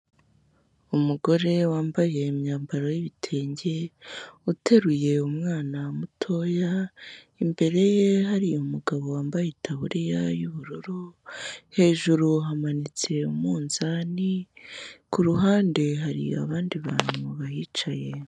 Umugore wambaye imyambaro y'ibitenge, uteruye umwana mutoya, imbere ye hari umugabo wambaye itaburiya y'ubururu, hejuru hamanitse umunzani, ku ruhande hari abandi bantu bahicaye.